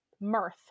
Mirth